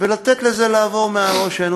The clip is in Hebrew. לתת לזה לעבור מעל ראשינו.